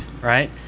right